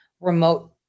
remote